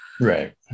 Right